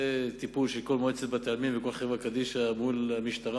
זה בטיפול של כל מועצת בתי-עלמין וכל חברה קדישא מול המשטרה.